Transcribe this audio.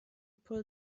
pull